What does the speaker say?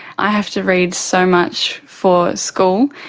i have to read so much for school,